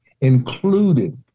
included